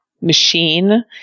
machine